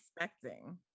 expecting